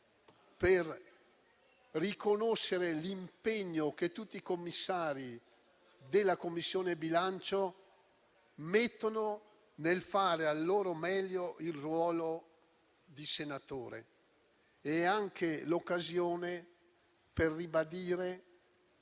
per riconoscere l'impegno che tutti i commissari della Commissione bilancio mettono nel fare al loro meglio il ruolo di senatore. È anche l'occasione per ribadire